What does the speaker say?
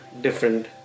different